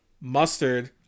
Mustard